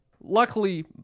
Luckily